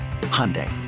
Hyundai